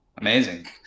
Amazing